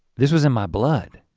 this was in my blood